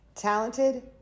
Talented